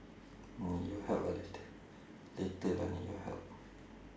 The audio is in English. oh you help ah later later I need your help